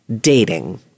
dating